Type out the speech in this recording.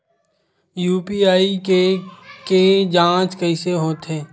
UPI के के जांच कइसे होथे?